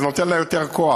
זה נותן לה יותר כוח,